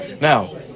Now